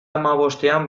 hamabostean